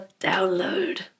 Download